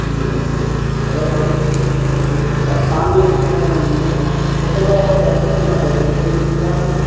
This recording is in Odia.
ହଁ ଆରେ ପାଣି ବୋତଲ କେତେ ଲାଖେ କୋଡ଼ିଏ ଲିଟର